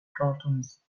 cartoons